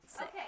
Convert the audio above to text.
Okay